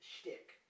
shtick